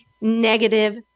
negative